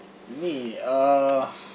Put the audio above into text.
me uh